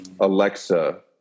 Alexa